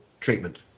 treatment